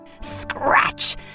Scratch